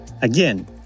Again